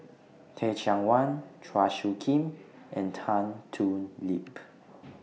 Teh Cheang Wan Chua Soo Khim and Tan Thoon Lip